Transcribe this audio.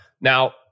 now